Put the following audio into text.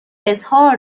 اظهار